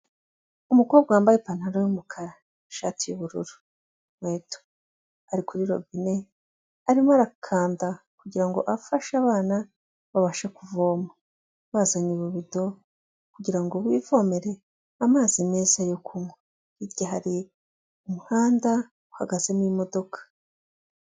Umukobwa wambaye ipantaro y'umukara, ishati y'ubururu, inkweto, ari kuri robine arimo arakanda kugira ngo afashe abana babashe kuvoma, bazanye ububido kugira ngo bivomerere amazi meza yo kunywa, hirya hari umuhanda uhagazemo imodoka.